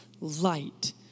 light